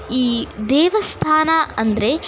ಈ ದೇವಸ್ಥಾನ ಅಂದರೆ